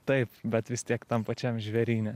taip bet vis tiek tam pačiam žvėryne